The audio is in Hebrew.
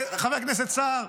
חבר הכנסת סער,